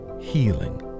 healing